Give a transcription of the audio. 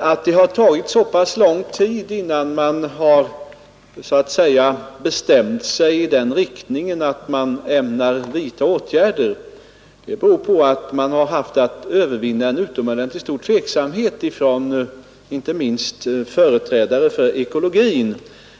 att det har tagit så pass lång tid innan man så att säga bestämt sig i den riktningen att man ämnar vidta åtgärder är att man har haft att övervinna en utomordentligt stor tveksamhet, inte minst från företrädare för ekologin.